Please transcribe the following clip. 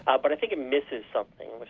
ah but i think it misses something.